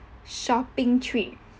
shopping trip